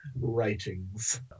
writings